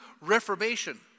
reformation